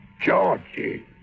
Georgie